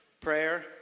Prayer